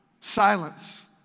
silence